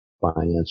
finance